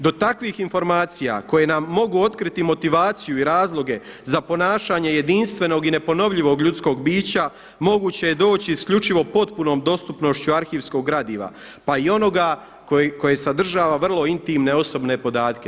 Do takvih informacija koje nam mogu otkriti motivaciju i razloge za ponašanje jedinstvenog i neponovljivog ljudskog bića moguće je doći isključivo potpunom dostupnošću arhivskog gradiva pa i onoga koje sadržava vrlo intimne osobne podatke.